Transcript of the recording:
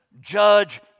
Judge